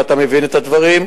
ואתה מבין את הדברים,